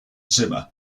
zimmer